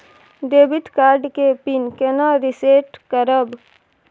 Debit card के PIN केना reset करब?